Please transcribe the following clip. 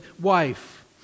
wife